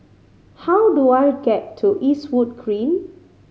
how do I get to Eastwood Green